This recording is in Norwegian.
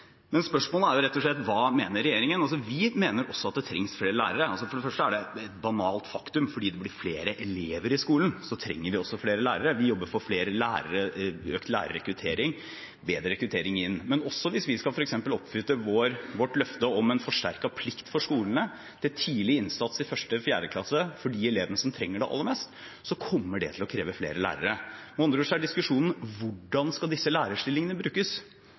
Men spørsmålet er rett og slett: Hva mener regjeringen? Vi mener også at det trengs flere lærere. For det første er det et banalt faktum: Fordi det blir flere elever i skolen, trenger vi også flere lærere. Vi jobber for økt lærerrekruttering og bedre rekruttering inn. Men også hvis vi f.eks. skal oppfylle vårt løfte om en forsterket plikt for skolene til tidlig innsats i 1.–4.-klasse for de elevene som trenger det aller mest, kommer det til å kreve flere lærere. Med andre ord handler diskusjonen om hvordan disse lærerstillingene skal brukes,